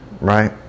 right